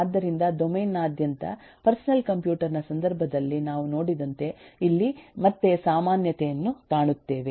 ಆದ್ದರಿಂದ ಡೊಮೇನ್ ನಾದ್ಯಂತ personal computer ನ ಸಂದರ್ಭದಲ್ಲಿ ನಾವು ನೋಡಿದಂತೆ ಇಲ್ಲಿ ಮತ್ತೆ ಸಾಮಾನ್ಯತೆಯನ್ನು ಕಾಣುತ್ತೇವೆ